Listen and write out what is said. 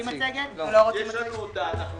יש לנו את זה